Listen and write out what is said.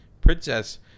princess